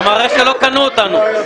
זה מראה שלא קנו אותנו.